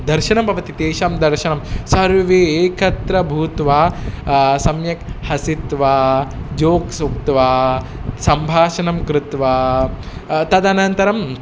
दर्शनं भवति तेषां दर्शनं सर्वे एकत्रीभूत्वा सम्यक् हसित्वा जोक्स् उक्त्वा सम्भाषणं कृत्वा तदनन्तरम्